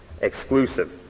exclusive